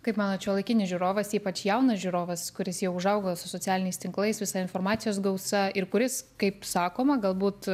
kaip manot šiuolaikinis žiūrovas ypač jaunas žiūrovas kuris jau užaugo su socialiniais tinklais visa informacijos gausa ir kuris kaip sakoma galbūt